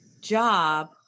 job